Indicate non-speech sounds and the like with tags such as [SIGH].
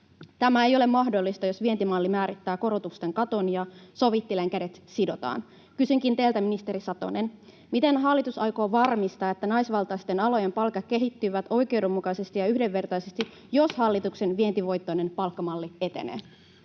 Tämä ei ole mahdollista, jos vientimalli määrittää korotusten katon ja sovittelijan kädet sidotaan. Kysynkin teiltä, ministeri Satonen: miten hallitus aikoo varmistaa, [NOISE] että naisvaltaisten alojen palkat kehittyvät oikeudenmukaisesti ja yhdenvertaisesti, [NOISE] jos hallituksen vientivetoinen palkkamalli etenee?